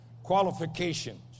Qualifications